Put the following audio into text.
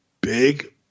big